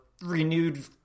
renewed